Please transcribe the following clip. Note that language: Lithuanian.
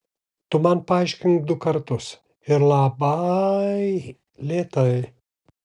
tu man paaiškink du kartus ir laba ai lėtai